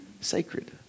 sacred